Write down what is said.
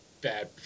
bad